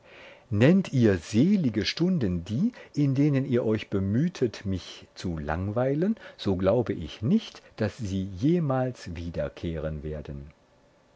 nennt ihr selige stunden die in denen ihr euch bemühtet mich zu langweilen so glaube ich nicht daß sie jemals wiederkehren werden